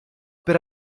per